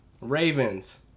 Ravens